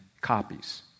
copies